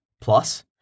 Plus